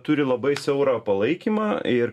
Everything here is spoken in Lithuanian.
turi labai siaurą palaikymą ir